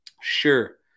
Sure